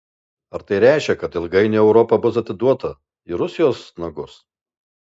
ar tai reiškia kad ilgainiui europa bus atiduota į rusijos nagus